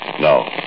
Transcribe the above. No